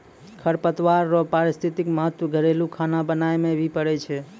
खरपतवार रो पारिस्थितिक महत्व घरेलू खाना बनाय मे भी पड़ै छै